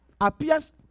appears